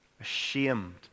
Ashamed